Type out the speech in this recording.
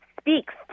speaks